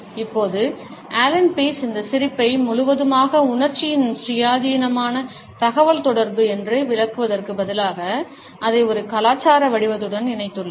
இப்போது Allan Pease இந்த சிரிப்பை முழுவதுமாக உணர்ச்சியின் சுயாதீனமான தகவல்தொடர்பு என்று விளக்குவதற்கு பதிலாக அதை ஒரு கலாச்சார வடிவத்துடன் இணைத்துள்ளார்